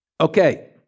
Okay